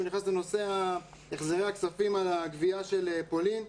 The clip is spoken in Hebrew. נכנס לנושא החזרי הכספים על ‏הגבייה של פולין.